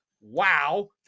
Wow